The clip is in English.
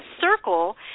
circle